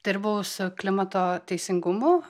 dirbau su klimato teisingumu